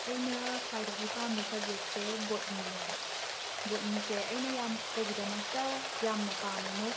ꯑꯩꯅ ꯈ꯭ꯋꯥꯏꯗꯒꯤ ꯄꯥꯝꯕ ꯁꯞꯖꯦꯛꯁꯦ ꯕꯣꯠꯅꯤꯅꯦꯕ ꯕꯣꯠꯅꯤꯁꯦ ꯑꯩꯅ ꯌꯥꯝꯅ ꯀꯔꯤꯒꯤꯗꯃꯛꯇ ꯌꯥꯝꯅ ꯄꯥꯝꯃꯤꯅꯣ